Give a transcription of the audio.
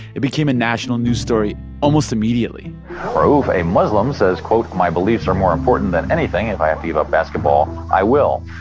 it became a national news story almost immediately rauf, a muslim, says, quote, my beliefs are more important than anything. if i have to give up basketball, i will,